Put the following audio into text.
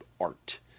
art